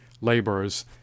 laborers